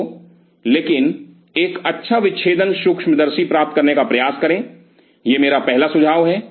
तो लेकिन एक अच्छा विच्छेदन सूक्ष्मदर्शी प्राप्त करने का प्रयास करें यह मेरा पहला सुझाव है